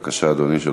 בבקשה, אדוני.